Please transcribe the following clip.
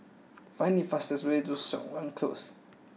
find the fastest way to Siok Wan Close